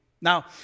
Now